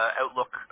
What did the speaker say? outlook